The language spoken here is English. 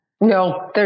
No